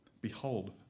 behold